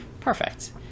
Perfect